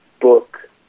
book